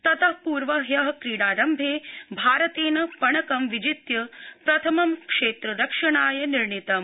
तत पूर्व ह्य क्रीडारम्भे भारतेन पणकं विजित्य प्रथमं क्षेत्र रक्षणाय निर्णीतम्